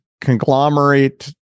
conglomerate